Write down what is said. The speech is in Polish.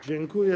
Dziękuję.